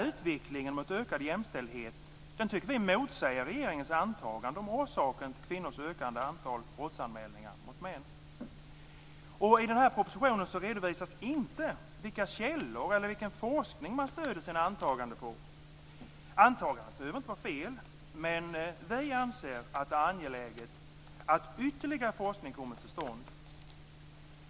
Utvecklingen mot ökad jämställdhet motsäger regeringens antagande om orsaken till kvinnornas ökade antal brottsanmälningar mot män. I propositionen redovisas inte vilka källor eller vilken forskning man stöder sina antaganden på. Antagandena behöver inte vara fel, men vi anser att det är angeläget att ytterligare forskning kommer till stånd.